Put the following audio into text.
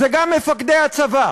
זה גם מפקדי הצבא,